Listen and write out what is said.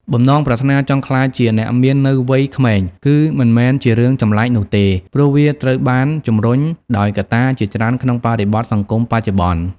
បំណងប្រាថ្នាចង់ក្លាយជាអ្នកមាននៅវ័យក្មេង គឺមិនមែនជារឿងចម្លែកនោះទេ ព្រោះវាត្រូវបានជំរុញដោយកត្តាជាច្រើនក្នុងបរិបទសង្គមបច្ចុប្បន្ន។